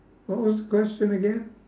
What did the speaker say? what was the question again